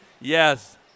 Yes